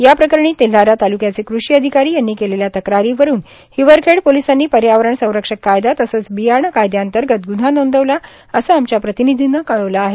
या प्रकरणी तेल्हारा तालुक्याचे कृषी अधिकारी यांनी केलेल्या तक्रारीवरुन हिवरखेड पोलिसांनी पर्यावरण संरक्षक कायदा तसेच बियाणे कायद्यांतर्गत ग्न्हा नोंदविला असं आमच्या प्रतिनिधी नं कळवलं आहे